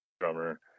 drummer